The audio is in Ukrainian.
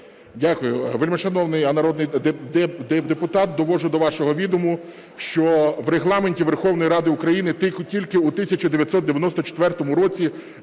Дякую. Вельмишановний народний депутат, доводжу до вашого відому, що в Регламенті Верховної Ради тільки у 1994 році